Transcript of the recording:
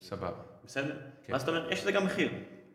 סבבה. בסדר? כן. מה זאת אומרת? יש לזה גם מחיר.